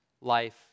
life